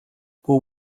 but